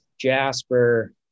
Jasper